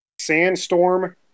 Sandstorm